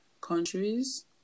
countries